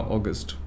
August